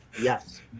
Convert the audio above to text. Yes